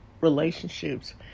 relationships